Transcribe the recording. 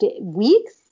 Weeks